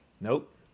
Nope